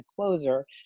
closer